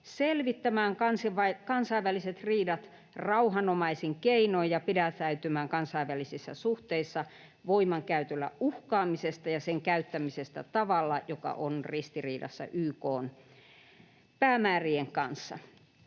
selvittämään kansainväliset riidat rauhanomaisin keinoin ja pidättäytymään kansainvälisissä suhteissa voimankäytöllä uhkaamisesta ja sen käyttämisestä tavalla, joka on ristiriidassa YK:n päämäärien kanssa.